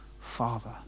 Father